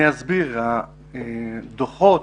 אני אסביר, הדוחות